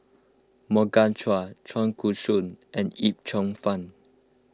Morgan Chua Chua Koon Siong and Yip Cheong Fun